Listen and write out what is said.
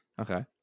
Okay